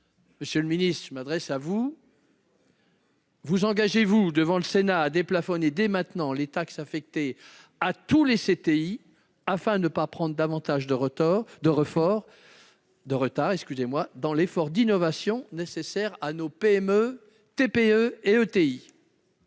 Monsieur le secrétaire d'État, je m'adresse donc à vous : vous engagez-vous, devant le Sénat, à déplafonner dès maintenant les taxes affectées à tous les CTI, afin de ne pas prendre davantage de retard dans l'effort d'innovation nécessaire à nos PME, TPE et ETI ?